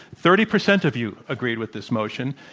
thirty percent of you agreed with this motion,